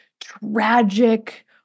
tragic